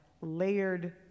layered